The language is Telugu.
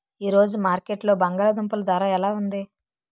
ఈ రోజు మార్కెట్లో బంగాళ దుంపలు ధర ఎలా ఉంది?